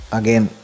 again